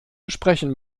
besprechen